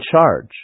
charge